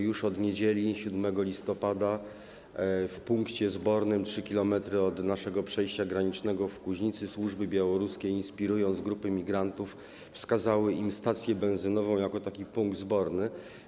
Już od niedzieli, 7 listopada, w punkcie zbornym, 3 km od naszego przejścia granicznego w Kuźnicy, służby białoruskie, inspirując grupy migrantów, wskazały im stację benzynową jako taki punkt zborny.